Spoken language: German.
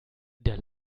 der